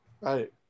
right